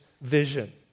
vision